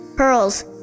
pearls